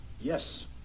Yes